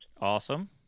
Awesome